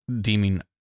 deeming